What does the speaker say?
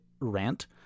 rant